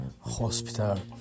hospital